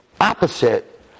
opposite